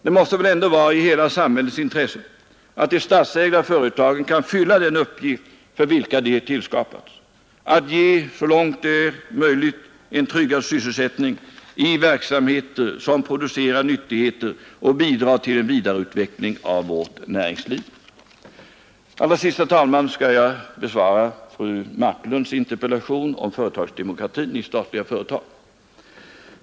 Det måste väl ändå ligga i hela samhällets intresse att de statsägda företagen kan fylla den uppgift, för vilken de tillskapats: att så långt det är möjligt ge en tryggad sysselsättning i verksamheter som producerar nyttigheter och bidra till en vidareutveckling av vårt näringsliv. Allra sist, herr talman, skall jag besvara fru Marklunds interpellation om företagsdemokratin i statliga företag.